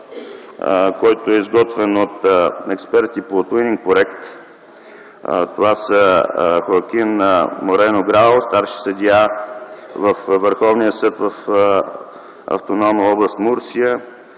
доклад, изготвен от експерти по „Туининг проект”. Това са Хоакин Морено Грау – старши съдия във Върховния съд в автономна област Мурсия,